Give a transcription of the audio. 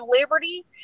liberty